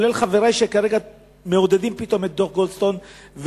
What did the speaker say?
גם חברי שפתאום מעודדים את דוח גולדסטון,